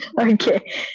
Okay